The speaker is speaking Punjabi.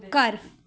ਘਰ